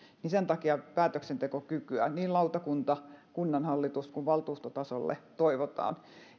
ja sen takia päätöksentekokykyä niin lautakunta kunnanhallitus kuin valtuustotasolla toivotaan